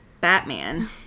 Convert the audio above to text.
Batman